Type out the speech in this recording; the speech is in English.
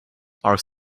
are